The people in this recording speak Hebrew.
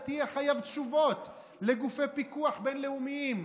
אתה תהיה חייב תשובות לגופי פיקוח בין-לאומיים,